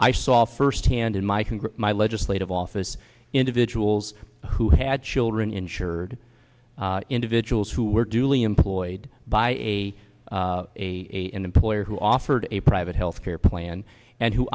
i saw firsthand in my congress my legislative office individuals who had children insured individuals who were duly employed by a a an employer who offered a private health care plan and who